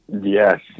Yes